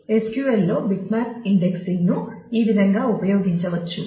కాబట్టి SQL లో bitmap ఇండెక్సింగ్ను ఈ విధంగా ఉపయోగించవచ్చు